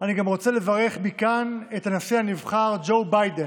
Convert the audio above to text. אני גם רוצה לברך מכאן את הנשיא הנבחר ג'ו ביידן,